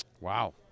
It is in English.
Wow